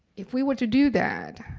if we were to do that,